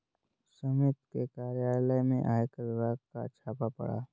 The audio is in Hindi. सुमित के कार्यालय में आयकर विभाग का छापा पड़ा